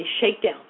shakedown